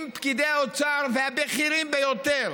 עם פקידי האוצר והבכירים ביותר